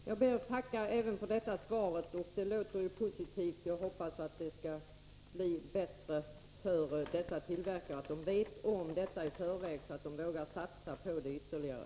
Herr talman! Jag ber att få tacka även för detta svar. Det låter positivt. Jag hoppas att det skall bli bättre förhållanden för dessa tillverkare, så att de i förväg vet förutsättningarna och vågar satsa ytterligare.